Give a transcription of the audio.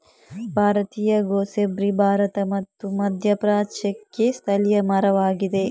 ಭಾರತೀಯ ಗೂಸ್ಬೆರ್ರಿ ಭಾರತ ಮತ್ತು ಮಧ್ಯಪ್ರಾಚ್ಯಕ್ಕೆ ಸ್ಥಳೀಯ ಮರವಾಗಿದೆ